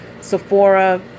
Sephora